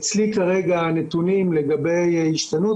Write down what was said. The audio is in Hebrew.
אצלי כרגע הנתונים לגבי השתנות,